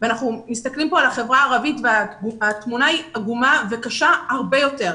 אנחנו מסתכלים כאן על החברה הערבית והתמונה היא עגומה וקשה הרבה יותר.